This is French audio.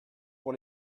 pour